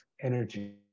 energy